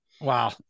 Wow